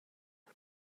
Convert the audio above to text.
but